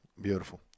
Beautiful